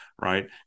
right